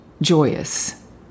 joyous